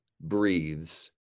breathes